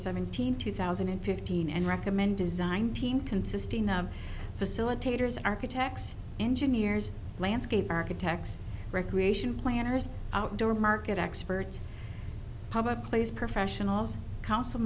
seventeenth two thousand and fifteen and recommend design team consisting of facilitators architects engineers landscape architects recreation planners outdoor market experts public place professionals council